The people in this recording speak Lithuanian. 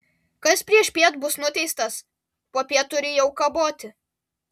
kas priešpiet bus nuteistas popiet turi jau kaboti